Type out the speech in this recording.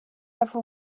ever